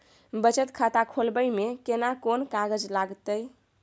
बचत खाता खोलबै में केना कोन कागज लागतै?